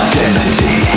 Identity